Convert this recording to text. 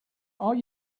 are